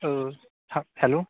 ਹ ਹੈਲੋ